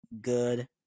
Good